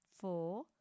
four